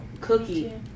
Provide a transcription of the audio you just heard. Cookie